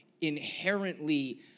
inherently